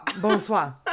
bonsoir